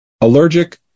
allergic